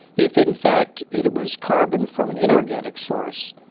if in fact it was carbon from an inorganic source,